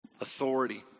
authority